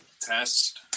Test